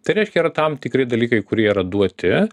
tai reiškia yra tam tikri dalykai kurie yra duoti